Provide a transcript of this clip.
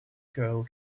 girl